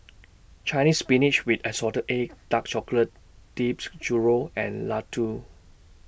Chinese Spinach with Assorted Eggs Dark Chocolate Dipped Churro and Laddu